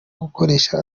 gukoresha